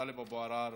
טלב אבו עראר,